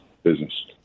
business